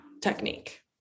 technique